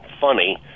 funny